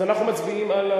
אנחנו מצביעים.